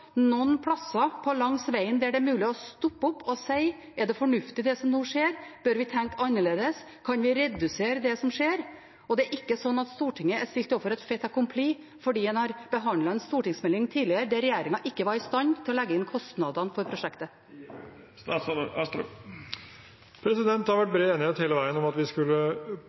noen steder langs vegen der det er mulig å stoppe opp og si: Er det fornuftig det som nå skjer? Bør vi tenke annerledes? Kan vi redusere det som skjer? Det er ikke slik at Stortinget er stilt overfor et fait accompli fordi en har behandlet en stortingsmelding tidligere, der regjeringen ikke var i stand til å legge inn kostnadene for prosjektet. Det har vært bred enighet hele veien om at vi skulle